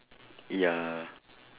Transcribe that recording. ya